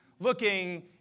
looking